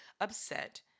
upset